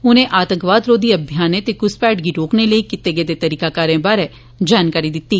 उनें आतंकवाद रोधी अभियानें ते घुसपैठ गी रोकने लेई कीते गेदे तरीकाकारें बारै जानकारी दित्ती